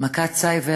ממכת סייבר,